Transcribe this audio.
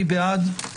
מי בעד?